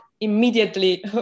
immediately